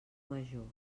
major